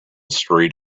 street